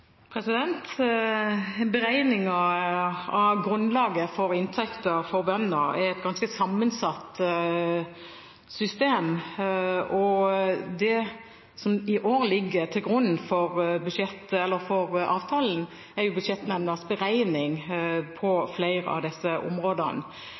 av grunnlaget for inntekter for bønder er et ganske sammensatt system, og det som i år ligger til grunn for avtalen, er Budsjettnemndas beregning på flere av disse områdene.